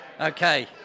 okay